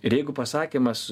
ir jeigu pasakymas